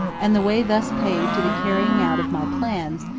and the way thus paved to the carrying out of my plans,